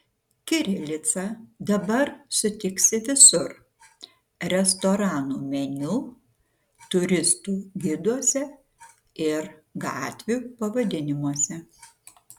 kirilicą dabar sutiksi visur restoranų meniu turistų giduose ir gatvių pavadinimuose